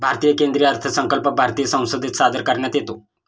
भारतीय केंद्रीय अर्थसंकल्प भारतीय संसदेत सादर करण्यात येतो